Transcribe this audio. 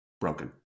broken